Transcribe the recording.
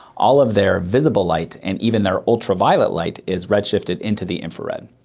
all of their visible light and even their ultraviolet light is red-shifted into the infrared,